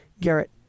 Garrett